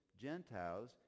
Gentiles